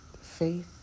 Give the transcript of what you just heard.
faith